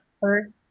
first